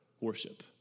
worship